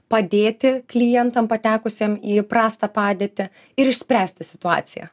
padėti klientam patekusiem į prastą padėtį ir išspręsti situaciją